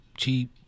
Cheap